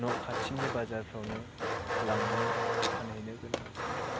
न' खाथिनि बाजारफ्रावनो लांनानै फानहैनांगौ गोनां जायो